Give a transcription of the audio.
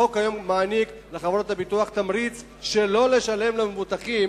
החוק היום מעניק לחברות הביטוח תמריץ שלא לשלם למבוטחים